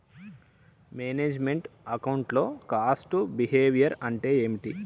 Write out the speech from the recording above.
Manage meant account లో cost behaviour అంటే ఏమిటి?